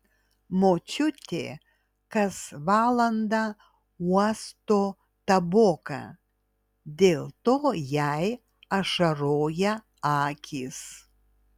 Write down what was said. močiutė kas valandą uosto taboką dėl to jai ašaroja akys